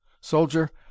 Soldier